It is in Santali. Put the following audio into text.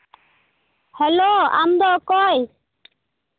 ᱦᱮᱞᱳ ᱟᱢ ᱫᱚ ᱚᱠᱚᱭ